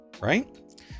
Right